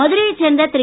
மதுரையைச் சேர்ந்த திரு